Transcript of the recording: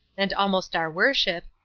and almost our worship,